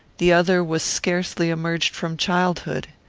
the other was scarcely emerged from childhood.